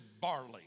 barley